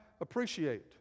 appreciate